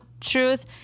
Truth